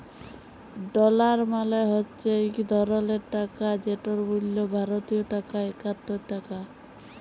dollar মালে হছে ইক ধরলের টাকা যেটর মূল্য ভারতীয় টাকায় একাত্তর টাকা